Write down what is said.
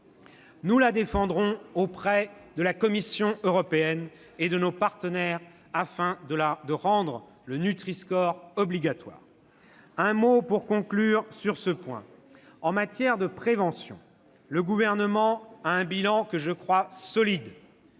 Nous la défendrons auprès de la Commission européenne et de nos partenaires, afin de rendre le nutri-score obligatoire. « Un mot pour conclure sur ce point : en matière de prévention, le Gouvernement a un bilan que je crois solide,